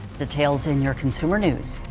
details in your consumer news.